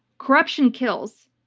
corruption kills,